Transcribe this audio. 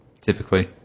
typically